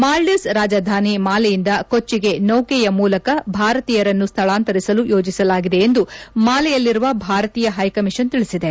ಮಾಲ್ಡೀವ್ಸ್ ರಾಜಧಾನಿ ಮಾಲೆಯಿಂದ ಕೊಜ್ಜಿಗೆ ನೌಕೆಯ ಮೂಲಕ ಭಾರತೀಯರನ್ನು ಸ್ಥಳಾಂತರಿಸಲು ಯೋಜಿಸಲಾಗಿದೆ ಎಂದು ಮಾಲೆಯಲ್ಲಿರುವ ಭಾರತೀಯ ಹೈಕಮೀಷನ್ ತಿಳಿಸಿದೆ